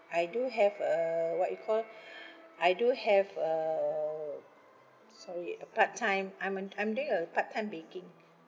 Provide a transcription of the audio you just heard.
I do have a what you call I do have a sorry a part time I'm a I'm doing uh part time baking